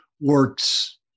works